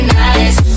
nice